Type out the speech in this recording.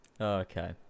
Okay